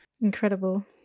incredible